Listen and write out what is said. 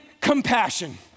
compassion